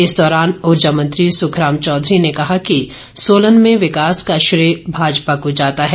इस दौरान ऊर्जा मंत्री सुखराम चौधरी ने कहा कि सोलन में विकास का श्रेय भाजपा को जाता है